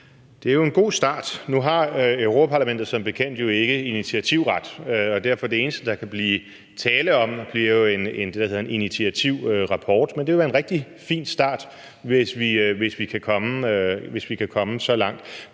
Det er jo en god start. Nu har Europa-Parlamentet jo som bekendt ikke initiativret, så det eneste, der kan blive tale om, bliver jo det, der hedder en initiativrapport. Men det vil være en rigtig fin start, hvis vi kan komme så langt.